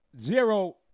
zero